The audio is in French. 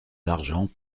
l’argent